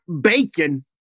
bacon